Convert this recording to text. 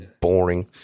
boring